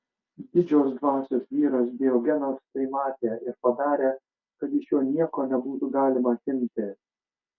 didžios dvasios vyras diogenas tai matė ir padarė kad iš jo nieko nebūtų galima atimti